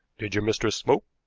did your mistress smoke?